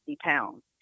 pounds